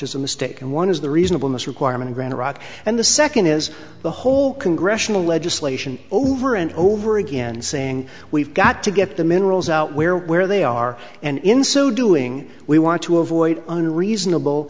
is a mistake and one is the reasonable miss requirement grant iraq and the second is the whole congressional legislation over and over again saying we've got to get the minerals out where where they are and in so doing we want to avoid unreasonable